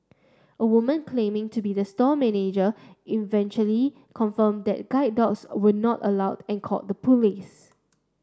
a woman claiming to be the store manager eventually confirmed that guide dogs were not allowed and called the police